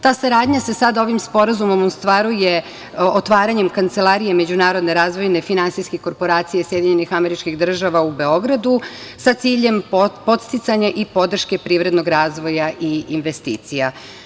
Ta saradnja se sada ovim sporazumom ostvaruje otvaranjem Kancelarije međunarodne razvojne finansijske korporacije SAD u Beogradu sa ciljem podsticanja i podrške privrednog razvoja i investicija.